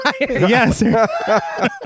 Yes